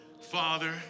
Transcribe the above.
Father